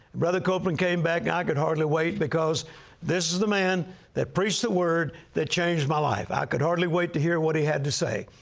brother copeland came back. i could hardly wait because this is the man that preached the word that changed my life. i could hardly wait to hear what he had to say.